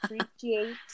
appreciate